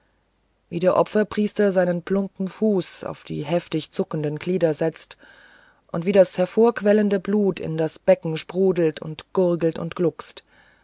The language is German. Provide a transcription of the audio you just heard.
wie der opferpriester seinen plumpen fuß auf die heftig zuckenden glieder setzt und wie das hervorquellende blut in das becken sprudelt und gurgelt und gluckst